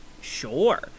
Sure